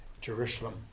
Jerusalem